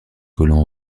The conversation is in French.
colons